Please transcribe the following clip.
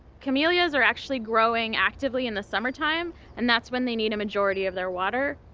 camellias are actually growing actively in the summertime and that's when they need a majority of their water.